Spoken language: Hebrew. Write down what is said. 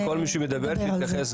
אני מעדיפה